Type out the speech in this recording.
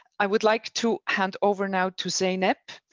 i would like to hand over now to zainab,